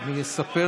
אסור לך לעשות את זה.